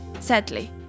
sadly